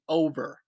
over